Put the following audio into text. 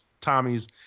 Tommy's